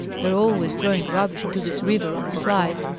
they're always throwing rubbish into this river on the sly.